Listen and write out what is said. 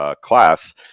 class